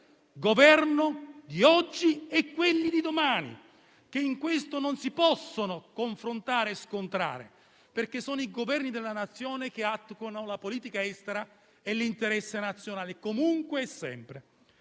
Governo di oggi e quelli di domani, che in questo non si possono confrontare e scontrare, perché sono i Governi della Nazione che attuano la politica estera e l'interesse nazionale, comunque e sempre.